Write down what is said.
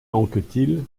anquetil